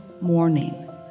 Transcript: morning